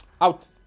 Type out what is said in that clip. out